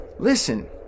Listen